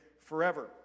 forever